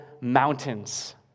mountains